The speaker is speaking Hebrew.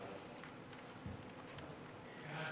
ההצעה